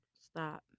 stop